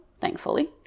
thankfully